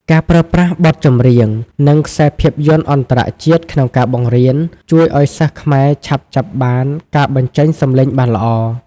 ការប្រើប្រាស់បទចម្រៀង និងខ្សែភាពយន្តអន្តរជាតិក្នុងការបង្រៀន ជួយឱ្យសិស្សខ្មែរឆាប់ចាប់បានការបញ្ចេញសំឡេងបានល្អ។